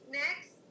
next